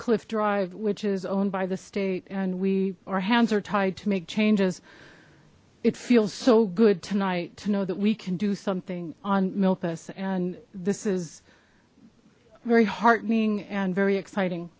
cliff drive which is owned by the state and we our hands are tied to make changes it feels so good tonight to know that we can do something on milkis and this is very heartening and very exciting